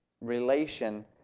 relation